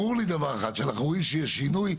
ברור לי דבר אחד, שאנחנו רואים שיש שינוי,